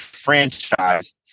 franchise